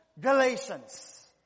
Galatians